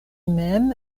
mem